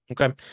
Okay